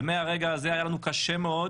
ומהרגע הזה היה לנו קשה מאוד